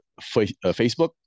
Facebook